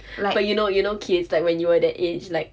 but you know you know kids like when you were that age like